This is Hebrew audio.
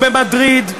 או במדריד,